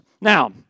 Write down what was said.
Now